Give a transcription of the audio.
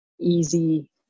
easy